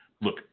look